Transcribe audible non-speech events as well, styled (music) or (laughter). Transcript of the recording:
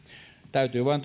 täytyy vain (unintelligible)